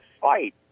fight